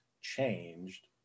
changed